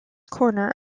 corner